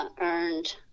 earned